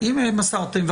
אם מסרתם,